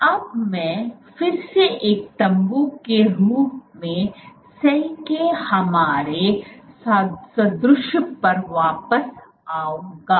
अब मैं फिर से एक तम्बू के रूप में सेल के हमारे सादृश्य पर वापस आऊंगा